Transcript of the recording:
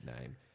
name